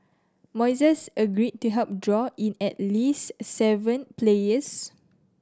moises agreed to help draw in at least seven players